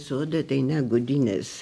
sode tai ne gaudynės